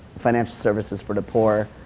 financial services for the poor